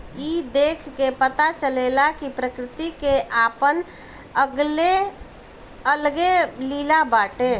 ई देख के पता चलेला कि प्रकृति के आपन अलगे लीला बाटे